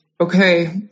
okay